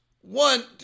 One